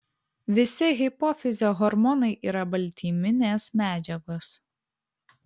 visi hipofizio hormonai yra baltyminės medžiagos